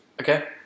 Okay